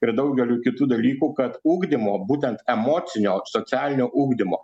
ir daugeliu kitų dalykų kad ugdymo būtent emocinio socialinio ugdymo